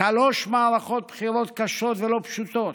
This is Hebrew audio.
שלוש מערכות בחירות קשות ולא פשוטות,